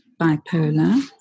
bipolar